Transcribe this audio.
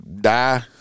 die